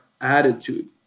attitude